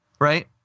Right